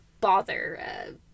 bother